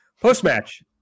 Post-match